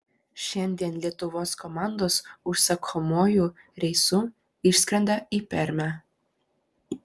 šiandien lietuvos komandos užsakomuoju reisu išskrenda į permę